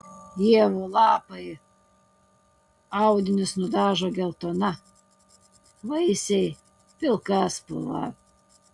ievų lapai audinius nudažo geltona vaisiai pilka spalva